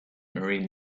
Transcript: marine